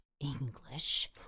English